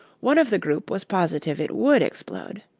one of the group was positive it would explode.